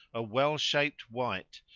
a well shaped wight,